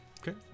Okay